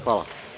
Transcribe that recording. Hvala.